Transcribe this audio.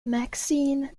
maxine